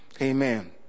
Amen